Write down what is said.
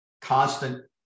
constant